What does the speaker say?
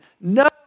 no